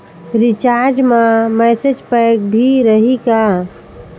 Recharge मा message pack भी रही का?